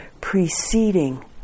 preceding